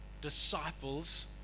disciples